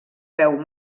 veu